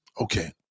Okay